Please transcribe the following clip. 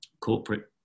corporate